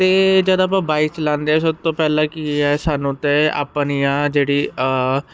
ਅਤੇ ਜਦ ਆਪਾਂ ਬਾਈਕ ਚਲਾਉਂਦੇ ਆ ਸਭ ਤੋਂ ਪਹਿਲਾਂ ਕੀ ਹੈ ਸਾਨੂੰ ਅਤੇ ਆਪਣੀਆਂ ਜਿਹੜੀ